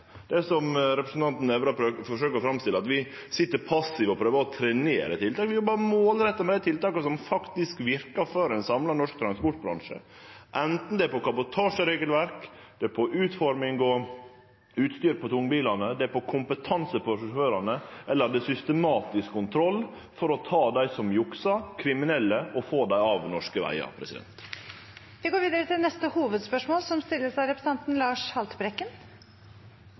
det som representanten Nævra forsøkjer å framstille, at vi sit passive og prøver å trenere tiltak. Vi jobbar målretta med dei tiltaka som faktisk verkar for ein samla norsk transportbransje – anten det gjeld kabotasjeregelverk, utforming av og utstyr på tungbilane, kompetansen hos sjåførane eller systematisk kontroll for å ta dei som juksar, kriminelle, og få dei av norske vegar. Vi går videre til neste